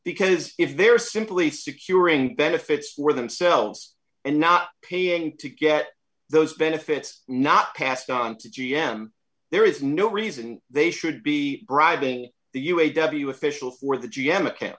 because if they're simply securing benefits for themselves and not paying to get those benefits not passed on to g m there is no reason they should be bribing the u a w official for the g m a